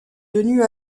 tenue